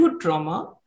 trauma